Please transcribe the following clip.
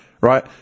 Right